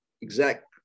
exact